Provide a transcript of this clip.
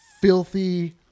filthy